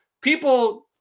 people